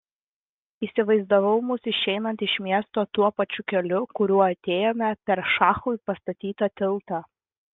įsivaizdavau mus išeinant iš miesto tuo pačiu keliu kuriuo atėjome per šachui pastatytą tiltą